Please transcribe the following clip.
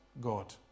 God